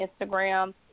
Instagram